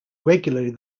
regularly